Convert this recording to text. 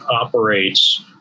operates